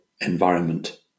environment